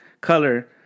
color